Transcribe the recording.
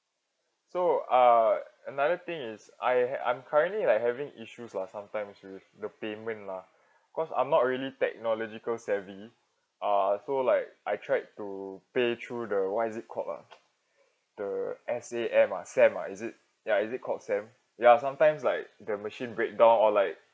so uh another thing is I I'm currently like having issues lah sometimes with the payment lah cause I'm not really technological savvy uh so like I tried to pay through the what is it called ah the S_A_M ah SAM ah is it ya is it called SAM ya sometimes like the machine breakdown or like